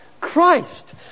Christ